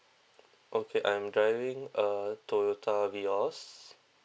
okay I'm driving a Toyota Vios